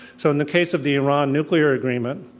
so in the case of the iran nuclear agreement,